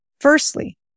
Firstly